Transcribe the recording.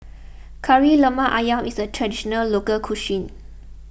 Kari Lemak Ayam is a Traditional Local Cuisine